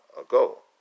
ago